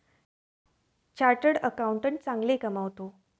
chartered accountant चांगले कमावतो